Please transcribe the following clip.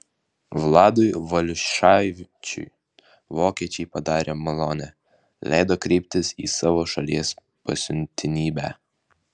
vladui valiušaičiui vokiečiai padarė malonę leido kreiptis į savo šalies pasiuntinybę